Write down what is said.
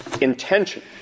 intention